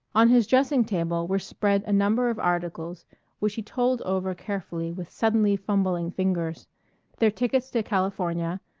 on his dressing table were spread a number of articles which he told over carefully with suddenly fumbling fingers their tickets to california,